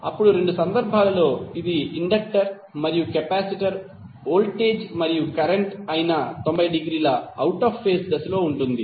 అప్పుడు రెండు సందర్భాలలో ఇది ఇండక్టర్ మరియు కెపాసిటర్ వోల్టేజ్ మరియు కరెంట్ అయిన 90 డిగ్రీల అవుట్ ఆఫ్ దశలో ఉంటుంది